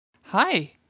Hi